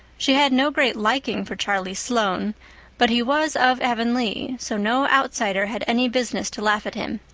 she had no great liking for charlie sloane but he was of avonlea, so no outsider had any business to laugh at him.